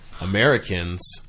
Americans